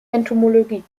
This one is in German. entomologie